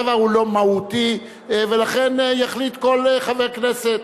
הדבר הוא לא מהותי ולכן יחליט כל חבר כנסת.